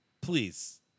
please